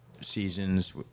seasons